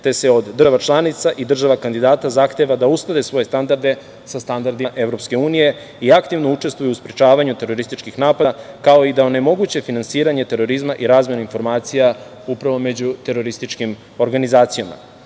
te se od država članica i država kandidata zahteva da usklade svoje standarde sa standardima EU i aktivno učestvuju u sprečavanju terorističkih napada, kao i da onemoguće finansiranje terorizma i razmenu informacija upravo među terorističkim organizacijama. Nacionalna